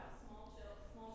small